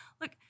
look